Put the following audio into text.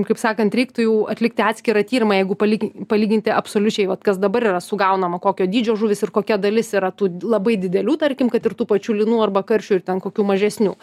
kaip sakant reiktų jau atlikti atskirą tyrimą jeigu palyg palyginti absoliučiai vat kas dabar yra sugaunama kokio dydžio žuvys ir kokia dalis yra tų labai didelių tarkim kad ir tų pačių lynų arba karšių ir ten kokių mažesnių